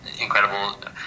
incredible